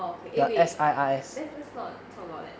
oh okay eh wait let's just not talk about that